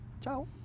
Ciao